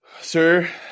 sir